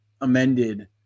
amended